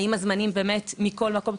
האם הזמנים באמת מכל מקום,